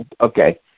Okay